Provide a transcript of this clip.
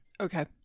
Okay